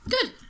Good